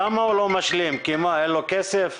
אין לו כסף?